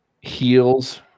heals